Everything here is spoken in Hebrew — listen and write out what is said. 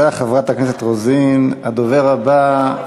הוריד לך מהסוף, מיכל.